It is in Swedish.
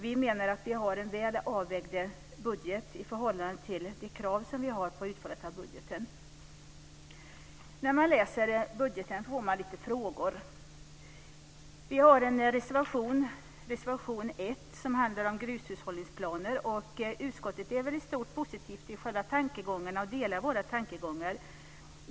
Vi menar att vi har en väl avvägd budget i förhållande till de krav som vi har på utfallet av budgeten. När man läser budgeten ställer man sig lite frågor. Vi har en reservation, nr 1, som handlar om grushushållningsplaner. Utskottet är väl i stort positivt och delar själva tankegångarna.